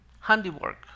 handiwork